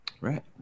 right